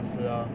ah si